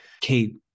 Kate